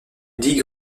digue